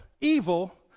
Evil